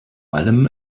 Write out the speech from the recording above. allem